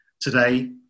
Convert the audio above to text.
today